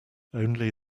only